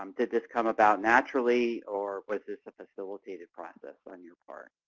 um did this come about naturally, or was this a facilitated process on your part?